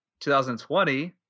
2020